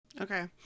Okay